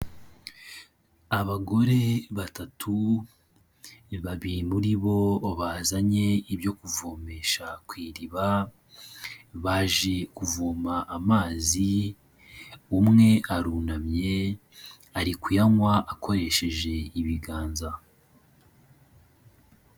Abagore batatu, babiri muri bo bazanye ibyo kuvomesha ku iriba, baje kuvoma amazi, umwe arunamye ari kuyanywa akoresheje ibiganza.